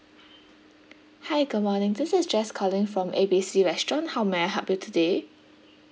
hi good morning this is jess calling from A B C restaurant how may I help you today